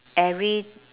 every